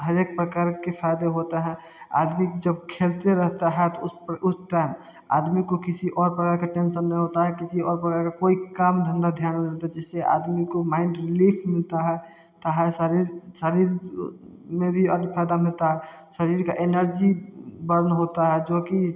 हर एक प्रकार के फ़ायदे होता है आदमी जब खेलते रहता है तो उस उस टाइम आदमी को किसी और प्रकार का टेंसन नहीं होता है किसी और प्रकार का कोई काम धंधा ध्यान में नहीं रहता है जिससे आदमी को माइंड रिलीफ़ मिलता है शरीर शरीर में भी और फ़ायदा मिलता है शरीर का एनर्जी बर्न होता है जो कि